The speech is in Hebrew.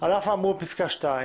"על אף האמור בפסקה (2),